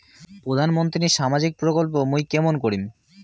প্রধান মন্ত্রীর সামাজিক প্রকল্প মুই কেমন করিম?